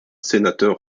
sénateur